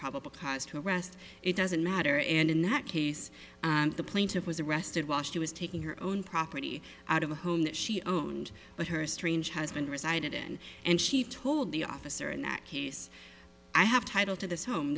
probable cause to arrest it doesn't matter and in that case the plaintiff was arrested while she was taking her own property out of the home that she owned but her strange husband resided in and she told the officer in that case i have title to this home